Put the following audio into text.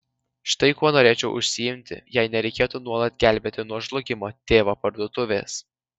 štai kuo norėčiau užsiimti jei nereikėtų nuolat gelbėti nuo žlugimo tėvo parduotuvės